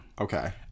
Okay